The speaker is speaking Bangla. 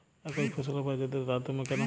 একই ফসলের বাজারদরে তারতম্য কেন হয়?